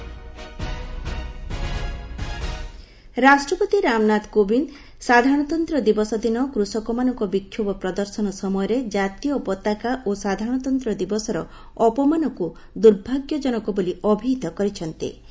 president address ରାଷ୍ଟ୍ରପତି ରାମନାଥ କୋବିନ୍ଦ ସାଧାରଣତନ୍ତ୍ର ଦିବସ ଦିନ କୃଷକମାନଙ୍କ ବିକ୍ଷୋଭ ପ୍ରଦର୍ଶନ ସମୟରେ ଜାତୀୟପତାକା ଓ ସାଧାରଣତନ୍ତ୍ର ଦିବସର ଅପମାନକୁ ଦୁର୍ଭାଗ୍ୟଜନକ ବୋଲି ଅଭିହିତ କରିଛନ୍ତି